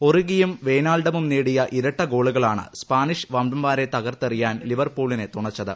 ഒറിഗിയും വെയ്നാൽഡമും നേടിയ ഇരട്ട ഗ്യോളൂകുളാണ് സ്പാനിഷ് വമ്പന്മാരെ തകർത്തെറിയാൻ ലിവർപൂളിനെ തൂണച്ചത്